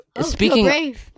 speaking